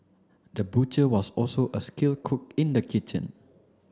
the butcher was also a skilled cook in the kitchen